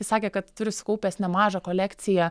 sakė kad turi sukaupęs nemažą kolekciją